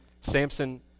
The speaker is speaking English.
Samson